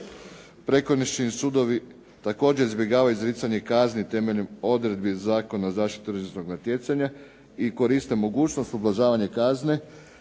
prekršajni sudovi također izbjegavaju izricanje kazni temeljem odredbi Zakona o zaštiti tržišnog natjecanja i koriste mogućnost ublažavanja kazne